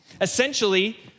Essentially